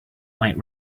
might